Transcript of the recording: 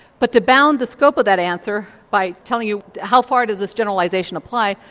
but to bound the scope of that answer by telling you how far does this generalisation apply,